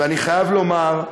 ואני חייב לומר,